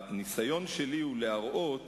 הניסיון שלי הוא להראות